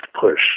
push